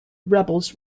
rebels